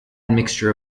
mixture